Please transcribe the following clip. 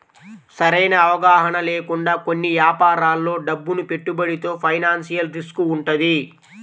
సరైన అవగాహన లేకుండా కొన్ని యాపారాల్లో డబ్బును పెట్టుబడితో ఫైనాన్షియల్ రిస్క్ వుంటది